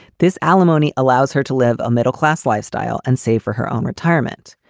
this alimony allows her to live a middle class lifestyle and save for her own retirement.